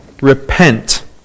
repent